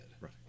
Right